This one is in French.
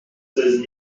seize